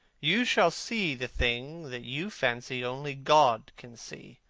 you shall see the thing that you fancy only god can see.